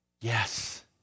Yes